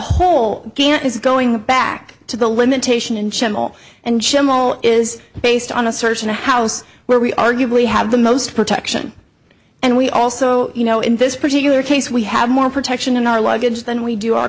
gant is going back to the limitation in general and schimmel is based on a search in a house where we arguably have the most protection and we also you know in this particular case we have more protection in our luggage than we do our